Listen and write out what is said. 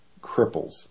cripples